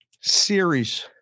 Series